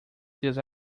this